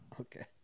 Okay